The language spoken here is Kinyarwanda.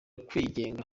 kwigenga